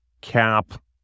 cap